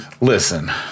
Listen